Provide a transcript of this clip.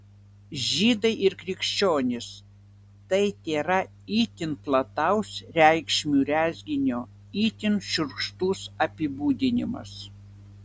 žydai ir krikščionys tai tėra itin plataus reikšmių rezginio itin šiurkštus apibūdinimas